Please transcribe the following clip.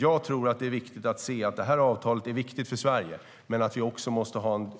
Jag tror att det är viktigt att se att det här avtalet är viktigt för Sverige men att vi också måste ha en